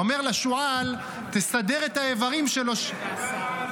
אומר לשועל: תסדר את האיברים שלו --- תגיד,